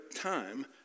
time